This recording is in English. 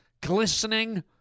glistening